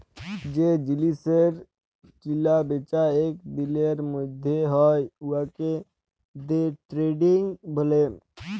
যে জিলিসের কিলা বিচা ইক দিলের ম্যধে হ্যয় উয়াকে দে টেরেডিং ব্যলে